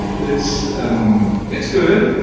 it's ah um it's good.